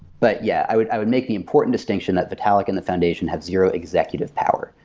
but yeah, i would i would make the important distinction that vitalic and the foundation have zero executive power.